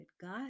God